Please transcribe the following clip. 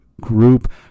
group